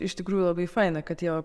iš tikrųjų labai faina kad jo